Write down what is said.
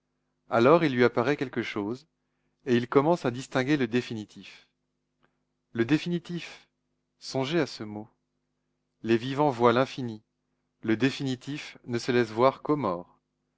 alors il lui apparaît quelque chose et il commence à distinguer le définitif le définitif songez à ce mot les vivants voient l'infini le définitif ne se laisse voir